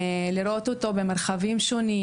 לראות אותו במרחבים שונים.